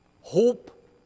hope